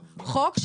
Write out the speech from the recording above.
חוק,